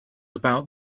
about